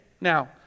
Now